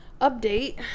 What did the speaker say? update